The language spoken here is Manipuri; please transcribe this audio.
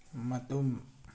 ꯃꯇꯨꯝ